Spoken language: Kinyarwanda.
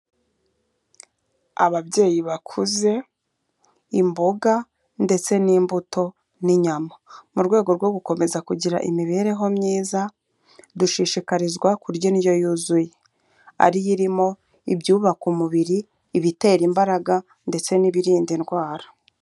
Ababyeyi bakuze, imboga ndetse n'imbuto n'inyama. Mu rwego rwo gukomeza kugira imibereho myiza dushishikarizwa kurya indyo yuzuye ariyo irimo ibyubaka umubiri, ibitera imbaraga, ndetse n'ibirinda indwara.